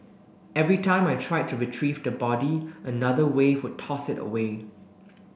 every time I tried to retrieve the body another wave would toss it away